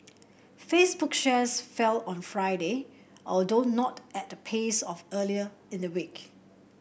Facebook shares fell on Friday although not at the pace of earlier in the week